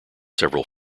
several